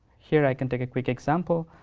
here i can take a quick example.